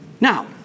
Now